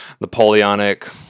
Napoleonic